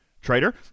Trader